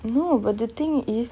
no but the thing is